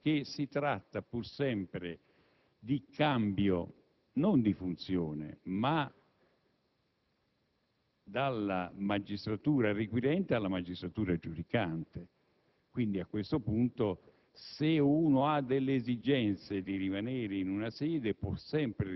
il primo periodo non sarà valutato in questo cambio di funzioni. Soprattutto bisogna tener conto che tale previsione non incide in maniera estremamente negativa sulla necessità di doversi spostare da un distretto